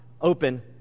open